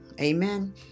Amen